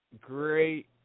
great